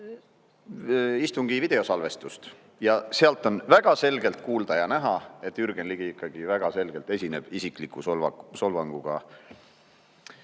ka istungi videosalvestust. Ja sealt on väga selgelt kuulda ja näha, et Jürgen Ligi ikkagi väga selgelt esineb isikliku solvanguga